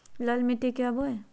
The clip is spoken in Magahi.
लाल मिट्टी क्या बोए?